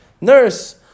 Nurse